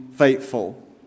faithful